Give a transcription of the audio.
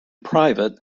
private